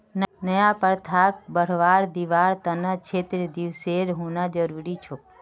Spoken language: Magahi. नया प्रथाक बढ़वा दीबार त न क्षेत्र दिवसेर होना जरूरी छोक